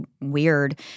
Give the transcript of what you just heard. weird